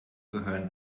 gehören